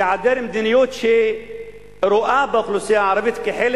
בהיעדר מדיניות שרואה באוכלוסייה הערבית חלק